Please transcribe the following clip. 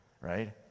right